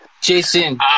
Jason